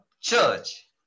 church